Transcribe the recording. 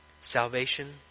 salvation